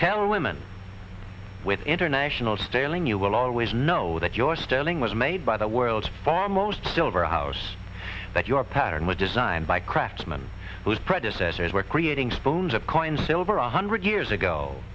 telling women with international staling you will always know that your sterling was made by the world's foremost silver house that your pattern was designed by craftsman whose predecessors were creating spoons of coins silver one hundred years ago